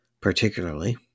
particularly